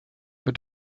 wird